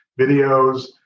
videos